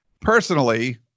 Personally